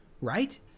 right